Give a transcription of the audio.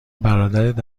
برادرت